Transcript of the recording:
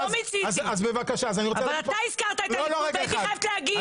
אתה הזכרת את הליכוד והייתי חייבת להגיב.